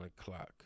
o'clock